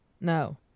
no